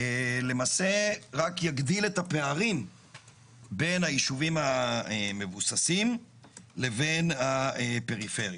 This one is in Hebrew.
ולמעשה רק יגדיל את הפערים בין היישובים המבוססים לבין הפריפריה.